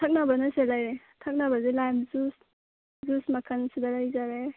ꯊꯛꯅꯕꯅ ꯁꯤꯗ ꯂꯩꯔꯦ ꯊꯛꯅꯕꯁꯦ ꯂꯥꯏꯝ ꯖꯨꯁ ꯖꯨꯁ ꯃꯈꯜ ꯁꯤꯗ ꯂꯩꯖꯔꯦ